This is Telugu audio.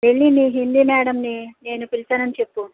వెళ్ళి మీ హిందీ మేడంని నేను పిలిచానని చెప్పుము